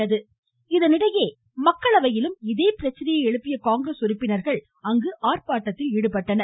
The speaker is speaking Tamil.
மக்களவை இதனிடையே மக்களவையிலும் இதே பிரச்சனையை எழுப்பிய காங்கிரஸ் உறுப்பினர்கள் ஆர்ப்பாட்டத்தில் ஈடுபட்டனர்